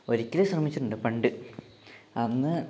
ഒരിക്കൽ ശ്രമിച്ചിട്ടുണ്ട് പണ്ട് അന്ന്